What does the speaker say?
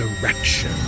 direction